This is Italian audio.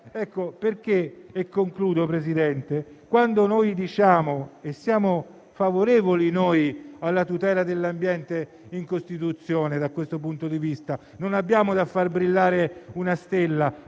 venatorie. Signor Presidente, quando diciamo di essere favorevoli alla tutela dell'ambiente in Costituzione da questo punto di vista, non abbiamo da far brillare una stella.